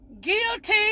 Guilty